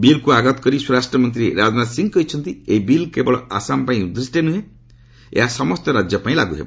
ବିଲ୍କୃ ଆଗତ କରି ସ୍ୱରାଷ୍ଟ୍ର ମନ୍ତ୍ରୀ ରାଜନାଥ ସିଂହ କହିଛନ୍ତି ଏହି ବିଲ୍ କେବଳ ଆସାମ ପାଇଁ ଉଦ୍ଦିଷ୍ଟ ନୃହେଁ ଏହା ସମସ୍ତ ରାଜ୍ୟ ପାଇଁ ଲାଗ୍ର ହେବ